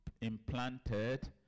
implanted